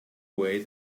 way